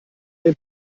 den